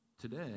today